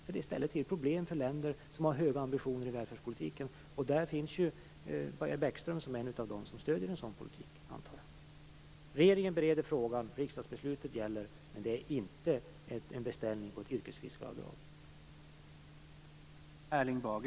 Det ställer till problem för länder som har höga ambitioner i välfärdspolitiken. Och jag antar att Bäckström är en av dem som stöder en sådan politik. Regeringen bereder frågan. Riksdagsbeslutet gäller, men det handlar inte om en beställning av ett yrkesfiskaravdrag.